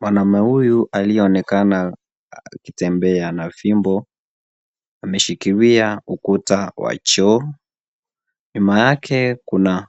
Mwanaume huyu aliye onekana akitembea ana fimbo, ameshikilia ukuta wa choo. Nyuma yake Kuna